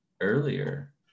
earlier